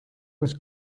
was